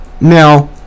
Now